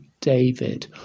David